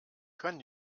können